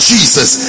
Jesus